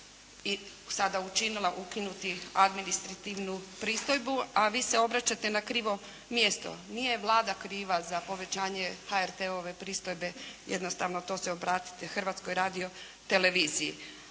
i sada učinila ukinuti administrativnu pristojbu, a vi se obraćate na krivo mjesto. Nije Vlada kriva za povećanje HRT-ove pristojbe, jednostavno to se obratite Hrvatskoj radioteleviziji.